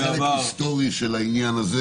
היסטורי של העניין הזה